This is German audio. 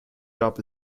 gab